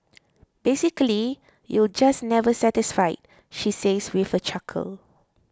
basically you're just never satisfied she says with a chuckle